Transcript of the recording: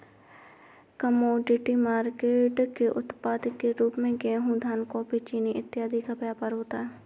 commodity market के उत्पाद के रूप में गेहूं धान कॉफी चीनी इत्यादि का व्यापार होता है